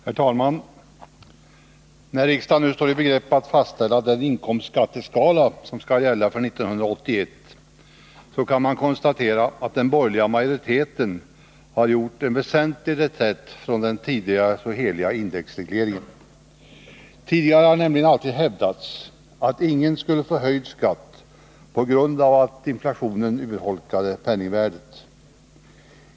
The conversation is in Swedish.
Herr talman! När riksdagen nu står i begrepp att fastställa den inkomstskatteskala som skall gälla för 1981, så kan man konstatera att den borgerliga majoriteten har gjort en väsentlig reträtt från den heliga indexregleringen. Tidigare har nämligen alltid hävdats att ingen skulle få höjd skatt på grund av att inflationen urholkade penningvärdet.